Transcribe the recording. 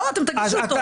לא, אתם תגישו אותו.